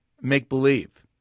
make-believe